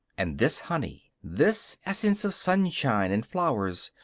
and this honey, this essence of sunshine and flowers,